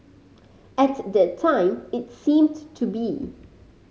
at that time it seemed to be